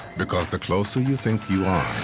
because the closer you think you are,